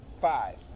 Five